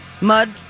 mud